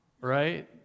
right